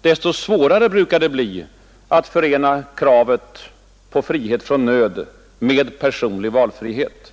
desto svårare brukar det bli att förena kravet på ”frihet från nöd” med personlig valfrihet.